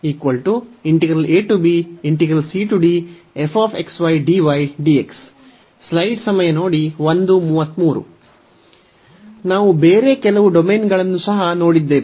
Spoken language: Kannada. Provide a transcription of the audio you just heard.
ನಾವು ಬೇರೆ ಕೆಲವು ಡೊಮೇನ್ಗಳನ್ನು ಸಹ ನೋಡಿದ್ದೇವೆ